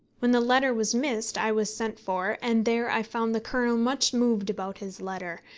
when the letter was missed i was sent for, and there i found the colonel much moved about his letter,